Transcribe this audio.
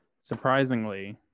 Surprisingly